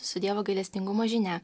su dievo gailestingumo žinia